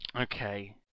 Okay